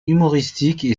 humoristiques